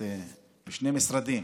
את בשני משרדים,